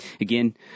Again